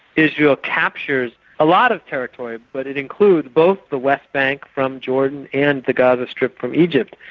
israel captures a lot of territory, but it includes both the west bank from jordan and the gaza strip from egypt,